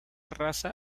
raza